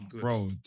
Bro